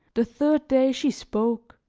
the third day she spoke,